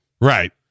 right